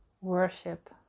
worship